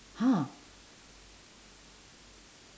!huh!